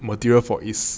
material for this